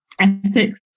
ethics